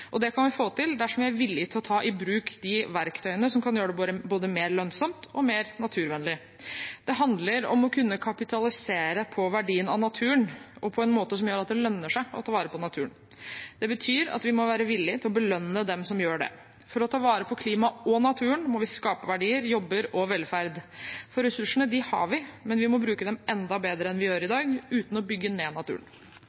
og det kan vi få til dersom vi er villige til å ta i bruk de verktøyene som kan gjøre det både mer lønnsomt og mer naturvennlig. Det handler om å kunne kapitalisere på verdien av naturen, og på en måte som gjør at det lønner seg å ta vare på naturen. Det betyr at vi må være villige til å belønne dem som gjør det. For å ta vare på klimaet og naturen må vi skape verdier, jobber og velferd. Ressursene har vi, men vi må bruke dem enda bedre enn vi gjør i